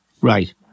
right